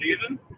season